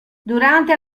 durante